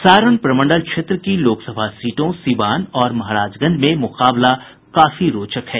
सारण प्रमंडल क्षेत्र की लोक सभा सीटों सिवान और महराजगंज में मुकाबला काफी रोचक है